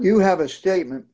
you have a statement